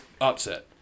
upset